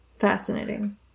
fascinating